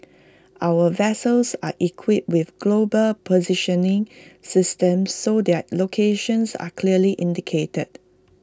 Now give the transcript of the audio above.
our vessels are equipped with global positioning systems so their locations are clearly indicated